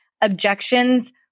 objections